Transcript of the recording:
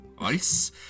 Ice